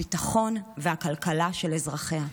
הביטחון והכלכלה של אזרחיה.